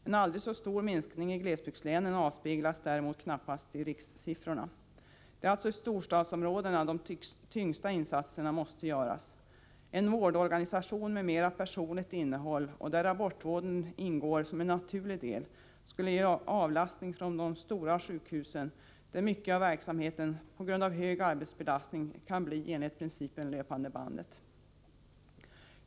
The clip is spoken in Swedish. En aldrig så stor minskning i glesbygdslänen avspeglas däremot knappast i rikssiffrorna. Det är alltså i storstadsområdena som de tyngsta insatserna måste göras. En vårdorganisation med mera personligt innehåll och där abortvården ingår som en naturlig del skulle avlasta de stora sjukhusen, vid vilka en stor del av verksamheten på grund av hög arbetsbelastning riskerar att bli utförd enligt löpandebandsprincipen.